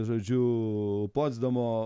žodžiu potsdamo